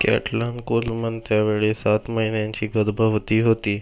Catalan Coleman त्यावेळी सात महिन्यांची गर्भवती होती